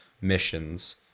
missions